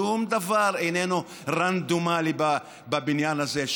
שום דבר איננו רנדומלי בבניין הזה,